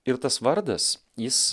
ir tas vardas jis